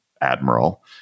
admiral